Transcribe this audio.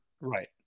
Right